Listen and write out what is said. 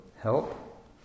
help